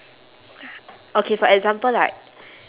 okay for example like